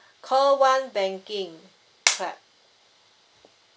call one banking clap